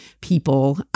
people